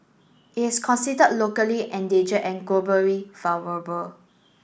it is consider locally endanger and globally vulnerable